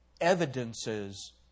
evidences